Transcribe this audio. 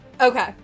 Okay